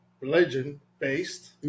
religion-based